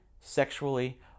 sexually